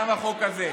גם החוק הזה,